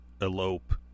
elope